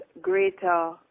greater